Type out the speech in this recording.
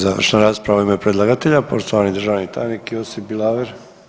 završna rasprava u ime predlagatelja, poštovani državni tajnik Josip Bilaver.